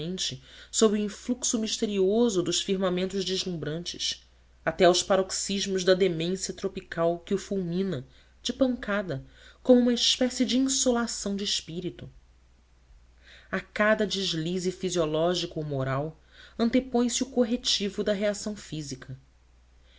sob o influxo misterioso dos firmamentos deslumbrantes até aos paroxismos da demência tropical que o fulmina de pancada como uma espécie de insolação de espírito a cada deslize fisiológico ou moral antepõe se o corretivo da reação física